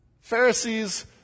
Pharisees